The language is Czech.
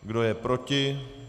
Kdo je proti?